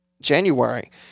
January